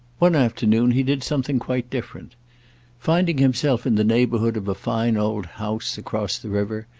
one afternoon he did something quite different finding himself in the neighbourhood of a fine old house across the river,